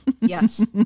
Yes